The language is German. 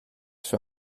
für